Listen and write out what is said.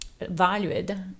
valued